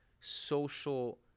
social